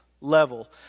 level